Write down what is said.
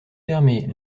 fermées